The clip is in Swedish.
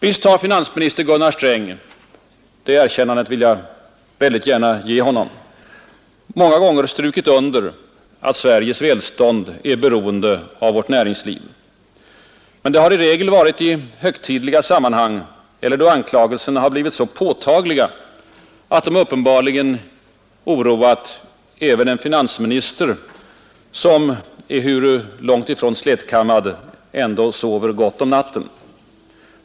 Visst har finansminister Gunnar Sträng, det erkännandet vill jag gärna ge honom, många gånger strukit under att Sveriges välstånd är beroende av vårt näringsliv. Men det har i regel varit i högtidliga sammanhang eller då anklagelserna blivit så påtagliga, att de uppenbarligen oroat även en finansminister, som ehuru långtifrån slätkammad ändå sover gott om natten.